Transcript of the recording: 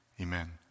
Amen